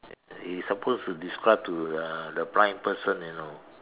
you suppose to describe to the the blind person you know